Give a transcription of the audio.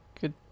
good